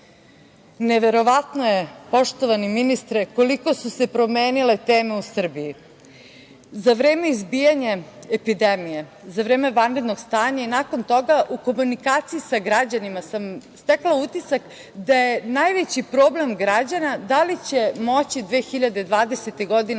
vremenima. Neverovatno je poštovani ministre koliko su se promenile teme u Srbiji. Za vreme izbijanja epidemije, za vreme vanrednog stanja i nakon toga u komunikaciji sa građanima sam stekla utisak da je najveći problem građana da li će moći 2020. godine